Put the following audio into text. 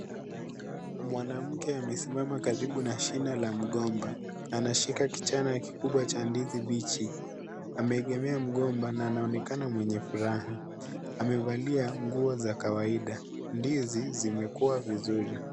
Mwanamke amesimama karibu na shina la mgomba anashika kichana kikubwa cha ndizi mbichi ameegemea mgomba na anaonekana mwenye furaha amevalia nguo za kawaida ,ndizi zimekua vuzuri .